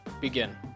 begin